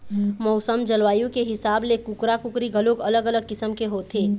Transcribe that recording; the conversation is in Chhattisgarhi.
मउसम, जलवायु के हिसाब ले कुकरा, कुकरी घलोक अलग अलग किसम के होथे